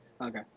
Okay